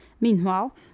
Meanwhile